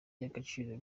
y’agaciro